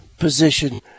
position